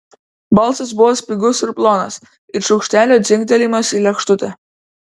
balsas buvo spigus ir plonas it šaukštelio dzingtelėjimas į lėkštutę